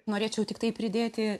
norėčiau tiktai pridėti